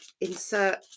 insert